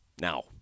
Now